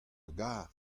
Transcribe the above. gar